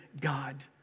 God